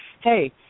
hey